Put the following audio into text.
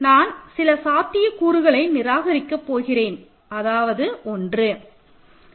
நான் சில சாத்தியக் கூறுகளை நிராகரிக்கப் போகிறேன் அதாவது 1